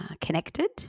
Connected